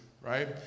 right